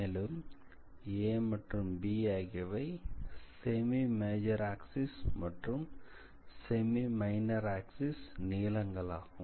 மேலும் a மற்றும் b ஆகியவை செமி மேஜர் ஆக்சிஸ் மற்றும் செமி மைனர் ஆக்சிஸ் நீளங்களாகும்